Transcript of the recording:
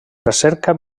recerca